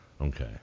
Okay